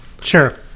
sure